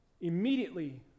Immediately